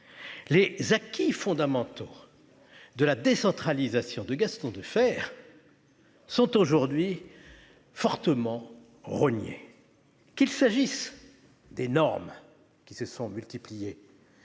Les acquis fondamentaux de la décentralisation de Gaston Defferre sont aujourd'hui fortement rognés. Qu'il s'agisse des normes qui se sont multipliées,